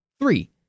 Three